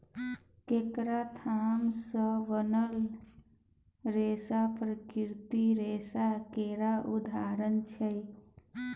केराक थाम सँ बनल रेशा प्राकृतिक रेशा केर उदाहरण छै